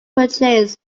purchased